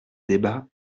débats